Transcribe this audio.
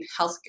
healthcare